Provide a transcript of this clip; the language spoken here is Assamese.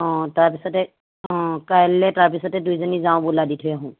অঁ তাৰ পিছতে অঁ কাইলে তাৰ পিছতে দুইজনী যাওঁ ব'লা দি থৈ আহোঁ